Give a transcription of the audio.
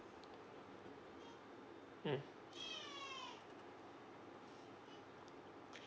mm